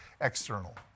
external